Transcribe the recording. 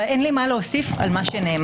ואין לי מה להוסיף על מה שנאמר.